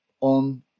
on